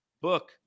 Book